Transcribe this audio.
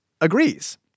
agrees